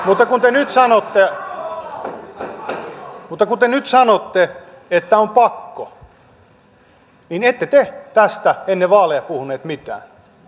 mutta kun te nyt sanotte että on pakko niin ette te tästä ennen vaaleja puhunut mitään